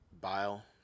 bile